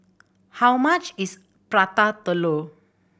how much is Prata Telur